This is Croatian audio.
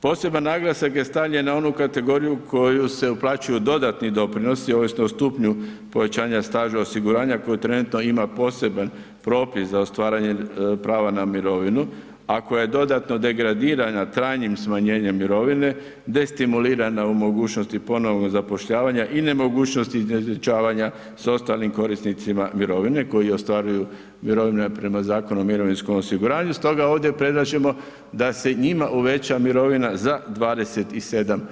Poseban naglasak je stavljen na onu kategoriju koju se uplaćuju dodatni doprinosi ovisno o stupnju povećanja staža osiguranja koju trenutno ima poseban propis za ostvarivanje prava na mirovinu, ako je dodatno degradirana trajnim smanjenjem mirovine, destimulirana u mogućnosti ponovnog zapošljavanja i nemogućnosti izjednačavanja s ostalim korisnicima mirovine koji ostvaruju mirovine prema Zakonu o mirovinskom osiguranju, stoga ovdje predlažemo da se njima uveća mirovina za 27%